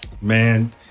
Man